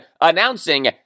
announcing